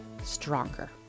stronger